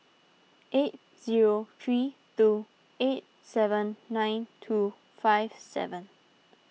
eight zero three two eight seven nine two five seven